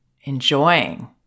enjoying